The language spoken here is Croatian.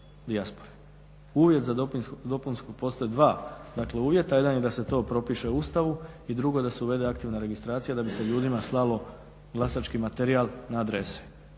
Uvjet za dopunsko, postoje 2 uvjeta. Jedan je da se to propiše u Ustavu i drugo da se uvede aktivna registracija da bi se ljudima slalo glasački materijal na adrese.